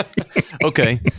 Okay